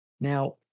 Now